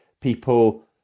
people